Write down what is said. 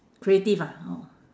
creative ah oh